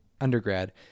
undergrad